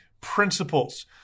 principles